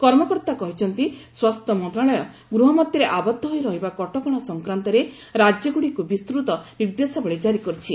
କର୍ମକର୍ତ୍ତା କହିଛନ୍ତି ସ୍ୱାସ୍ଥ୍ୟ ମନ୍ତ୍ରଣାଳୟ ଗୃହ ମଧ୍ୟରେ ଆବଦ୍ଧ ହୋଇ ରହିବା କଟକଣା ସଂକ୍ରାନ୍ତରେ ରାଜ୍ୟଗୁଡ଼ିକୁ ବିସ୍ତୃତ ନିର୍ଦ୍ଦେଶାବଳୀ ଜାରି କରିଛି